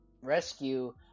rescue